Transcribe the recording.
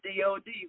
DOD